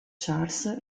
charles